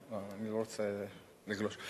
אני לא רוצה לגלוש.